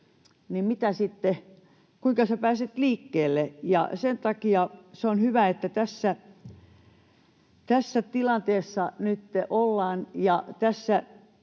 sinä pääset liikkeelle? Sen takia on hyvä, että nyt ollaan